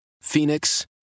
Phoenix